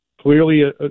clearly